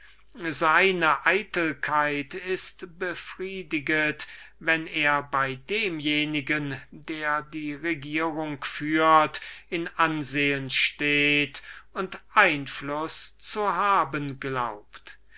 seine eitelkeit ist befriediget wenn er bei demjenigen der die regierung führt in ansehen steht und einfluß zu haben glaubt